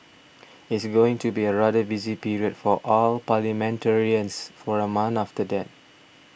it's going to be a rather busy period for all parliamentarians for a month after that